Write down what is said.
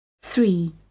THREE